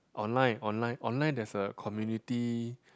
online online online there's a community